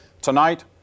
Tonight